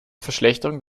verschlechterung